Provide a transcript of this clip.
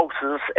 houses